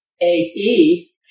A-E